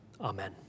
Amen